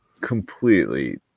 completely